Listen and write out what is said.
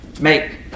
make